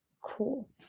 cool